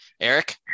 Eric